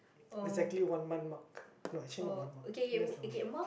exactly one month mark no actually not one month less than one month